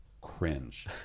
Cringe